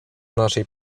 naszej